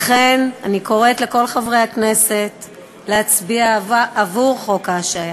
לכן אני קוראת לכל חברי הכנסת להצביע עבור חוק ההשעיה.